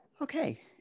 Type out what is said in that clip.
okay